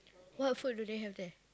what food do they have there